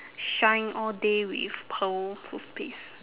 shine all day with pearl toothpaste